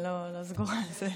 אני לא סגורה על זה.